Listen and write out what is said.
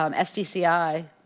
um sdci